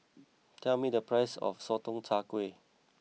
tell me the price of Sotong Char Kway